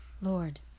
Lord